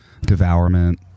Devourment